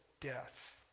death